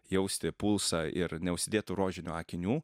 jausti pulsą ir neužsidėt tų rožinių akinių